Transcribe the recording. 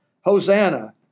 Hosanna